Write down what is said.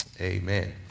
amen